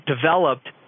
developed